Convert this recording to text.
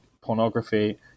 pornography